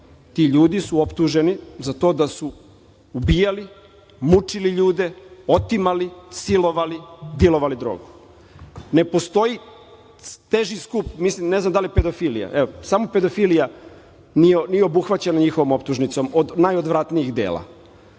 Ti ljudi su optuženi za to da su ubijali, mučili ljude, otimali, silovali, dilovali drogu. Ne postoji teže skup… Mislim, ne znam da li je pedofilija, samo pedofilija nije obuhvaćena njihovom optužnicom, od najodvratnijih dela.